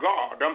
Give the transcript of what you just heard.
God